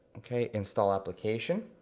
okay, install application.